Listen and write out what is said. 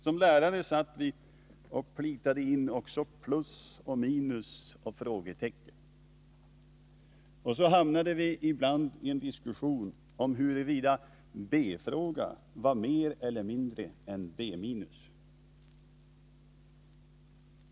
Som lärare satt vi och plitade in också plus, minus och frågetecken. Och så hamnade vi ibland i en diskussion om huruvida B? var mer eller mindre än B-.